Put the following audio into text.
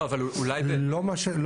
זה לא, זה לא מה שכתוב.